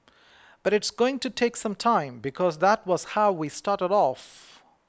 but it's going to take some time because that was how we started off